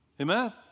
Amen